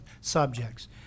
subjects